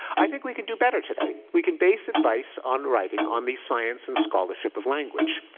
i think we can do better today. we can base advice on writing on the science and scholarship of language,